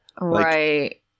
right